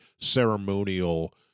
ceremonial